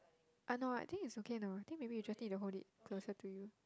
uh no I think is okay no think maybe you just need to hold it closer to you